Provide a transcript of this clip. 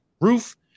roof